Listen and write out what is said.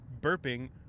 burping